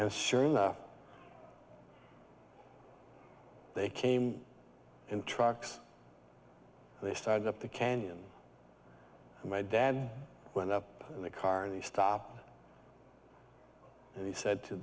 and sure enough they came in trucks they started up the canyon and my dad went up in the car and he stopped and he said to